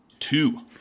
Two